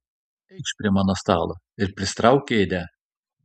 eikš prie mano stalo ir prisitrauk kėdę